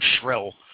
shrill